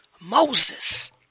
Moses